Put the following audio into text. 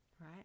right